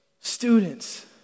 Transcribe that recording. students